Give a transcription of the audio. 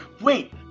Wait